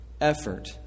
effort